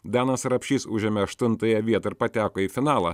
danas rapšys užėmė aštuntąją vietą ir pateko į finalą